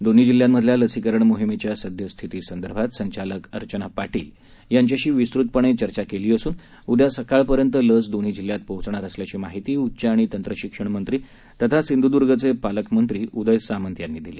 दोन्ही जिल्ह्यांमधल्या लसीकरण मोहिमेच्या सद्यस्थितीसंदर्भात संचालक अर्चना पाटील यांच्याशी विस्तृतपणे चर्चा केली असून उद्या सकाळपर्यत लस दोन्ही जिल्ह्यात पोहचणार असल्याची माहिती उच्च आणि तंत्रशिक्षण मंत्री तथा सिंधुद्र्गचे पालकमंत्री उदय सामंत यांनी दिली